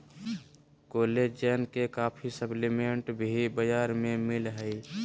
collagen के काफी supplement भी बाजार में मिल हइ